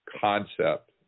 concept